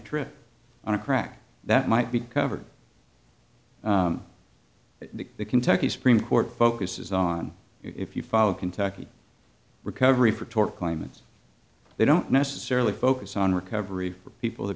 trip on a crack that might be covered that the kentucky supreme court focuses on if you follow kentucky recovery for tort claimants they don't necessarily focus on recovery for people